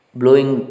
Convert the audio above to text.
blowing